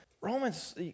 Romans